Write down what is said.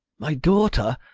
my daughter!